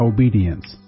Obedience